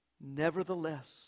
Nevertheless